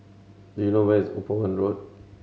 do you know where is Upavon Road